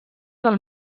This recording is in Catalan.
del